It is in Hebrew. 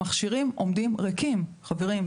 המכשירים עומדים ריקים, חברים.